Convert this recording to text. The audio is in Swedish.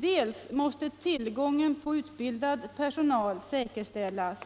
Dels måste tillgången på utbildad personal säkerställas,